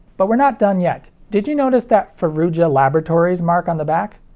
but we're not done yet. did you notice that faroudja laboratories mark on the back?